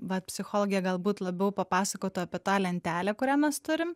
va psichologė galbūt labiau papasakotų apie tą lentelę kurią mes turime